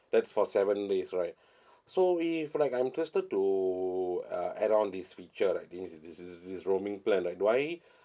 that's for seven days right so if like I'm interested to uh add on this feature like this this this roaming plan right do I